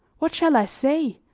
what shall i say?